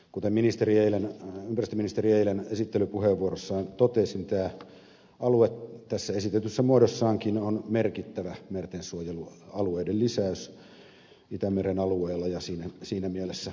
kuten ympäristöministeri eilen esittelypuheenvuorossaan totesi tämä alue tässä esitetyssä muodossaankin on merkittävä mertensuojelualueiden lisäys itämeren alueella ja siinä mielessä hyvin perusteltu